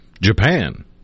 japan